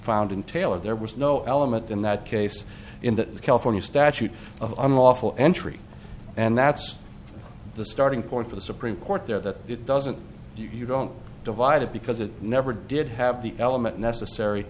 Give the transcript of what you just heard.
found in taylor there was no element in that case in the california statute of unlawful entry and that's the starting point for the supreme court there that it doesn't you don't divide it because it never did have the element necessary